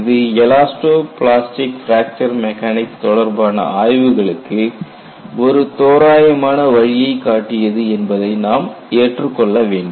இது elastoplastic fracture mechanics தொடர்பான ஆய்வுகளுக்கு ஒரு தோராயமான வழியை காட்டியது என்பதை நாம் ஏற்றுக்கொள்ள வேண்டும்